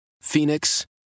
Phoenix